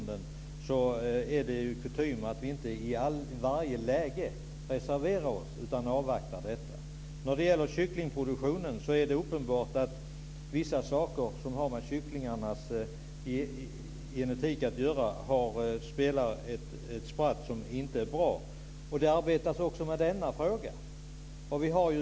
Då är det kutym att vi inte i varje läge reserverar oss, utan avvaktar. När det gäller kycklingproduktionen är det uppenbart att vissa saker som har med kycklingarnas genetik att göra inte är bra. Det arbetas också med denna fråga.